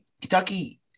Kentucky